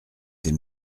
ces